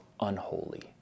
unholy